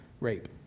rape